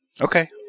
Okay